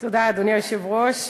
אדוני היושב-ראש,